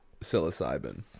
psilocybin